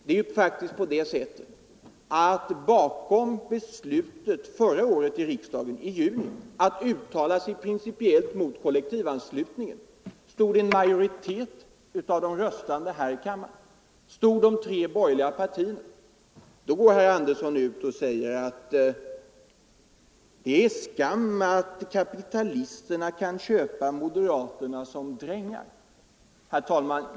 Det är faktiskt så att bakom riksdagens beslut i juni förra året att uttala sig principiellt mot kollektivanslutning stod en majoritet av de röstande här i kammaren, bestående av alla de tre borgerliga partierna. Mot den bakgrunden säger herr Andersson att det är skam att kapitalisterna kan köpa moderaterna som drängar. Herr talman!